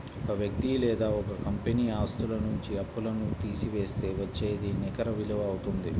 ఒక వ్యక్తి లేదా ఒక కంపెనీ ఆస్తుల నుంచి అప్పులను తీసివేస్తే వచ్చేదే నికర విలువ అవుతుంది